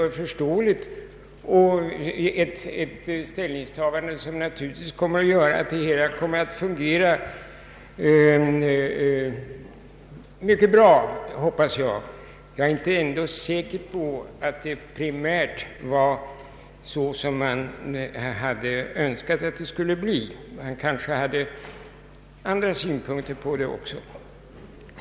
Deras ställningstagande skall, hoppas jag, medföra att det hela kommer att fungera mycket bra. Jag är ändå inte säker på att det till att börja med var så man önskade att det skulle bli. Det kanske också fanns andra synpunkter på frågan.